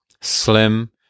slim